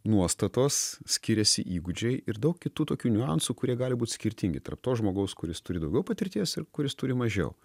nuostatos skiriasi įgūdžiai ir daug kitų tokių niuansų kurie gali būt skirtingi tarp to žmogaus kuris turi daugiau patirties ir kuris turi mažiau